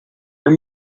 her